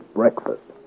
breakfast